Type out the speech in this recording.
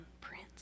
Prince